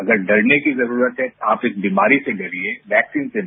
अगर डरने की जरूरत है आप इस बीमारी से डरिए वैक्सीन से नहीं